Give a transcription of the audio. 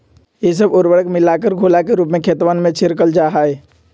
ई सब उर्वरक के मिलाकर घोला के रूप में खेतवन में छिड़कल जाहई